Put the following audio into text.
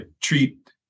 treat